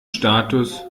status